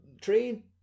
train